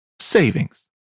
savings